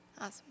Awesome